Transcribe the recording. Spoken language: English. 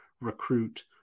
recruit